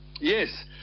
yes